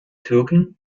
türken